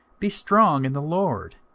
be strong in the lord,